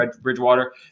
Bridgewater